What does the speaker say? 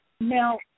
Now